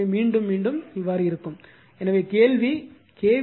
எனவே மீண்டும் மீண்டும் இருக்கும் எனவே கேள்வி கே